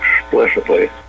explicitly